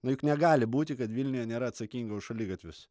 nu juk negali būti kad vilniuje nėra atsakingo už šaligatvius